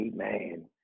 Amen